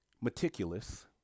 Meticulous